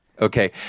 Okay